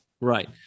Right